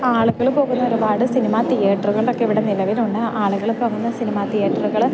ആളുകൾ പോകുന്ന ഒരുപാട് സിനിമ തിയേറ്ററുകളൊക്കെ ഇവിടെ നിലവിലുണ്ട് ആളുകൾ പോകുന്ന സിനിമ തിയേറ്ററുകൾ